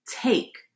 take